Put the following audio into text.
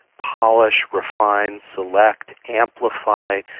polish, refine, select, amplify,